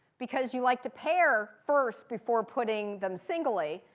because you like to pair first before putting them singly.